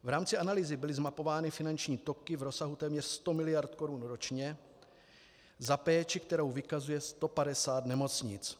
V rámci analýzy byly zmapovány finanční toky v rozsahu téměř 100 miliard Kč ročně za péči, kterou vykazuje 150 nemocnic.